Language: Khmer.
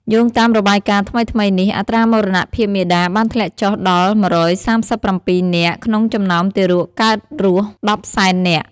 យោងតាមរបាយការណ៍ថ្មីៗនេះ អត្រាមរណភាពមាតាបានធ្លាក់ចុះដល់ ១៣៧ នាក់ ក្នុងចំណោមទារកកើតរស់ ១០០,០០០ នាក់។